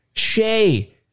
Shay